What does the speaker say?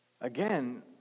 Again